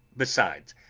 besides,